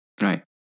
Right